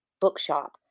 bookshop